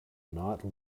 not